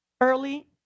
Early